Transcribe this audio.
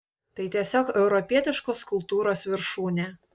tai tiesiog europietiškos kultūros viršūnė